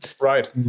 Right